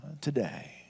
today